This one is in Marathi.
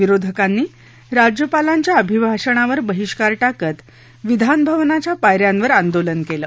विरोधकांनी राज्यपालांच्या अभिभाषणावर बहिष्कार टाकत विधान भवनाच्या पायऱ्यांवर मूक आंदोलन केलं